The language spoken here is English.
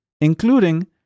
including